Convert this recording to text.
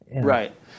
Right